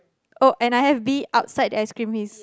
oh and I have bee outside the ice cream he's